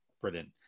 Brilliant